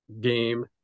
game